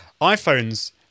iPhones